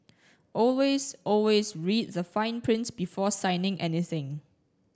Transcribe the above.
always always read the fine print before signing anything